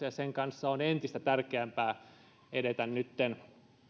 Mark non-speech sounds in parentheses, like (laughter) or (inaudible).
(unintelligible) ja sen kanssa on entistä tärkeämpää edetä nytten